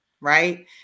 right